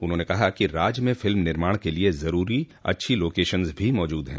उन्होंने कहा कि राज्य में फ़िल्म निर्माण के लिए ज़रूरी अच्छी लोकेशन्स भी मौज़ूद हैं